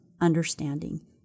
understanding